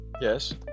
yes